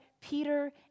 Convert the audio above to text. Peter